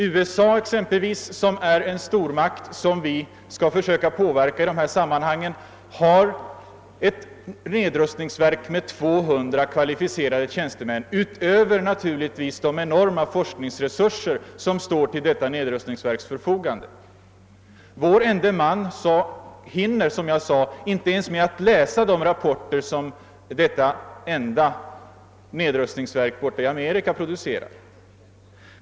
USA exempelvis, som är en stormakt som vi skall försöka påverka i dessa sammanhang, har ett nedrustningsverk med 200 kvalificerade tjänstemän — naturligtvis utöver de enorma forskningsresur ser som står till detta nedrustningsverks förfogande. Vår ende man hinner, som jag sade, inte ens med att läsa de rapporter som detta enda nedrustningsverk borta i Amerika producerar.